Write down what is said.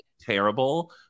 terrible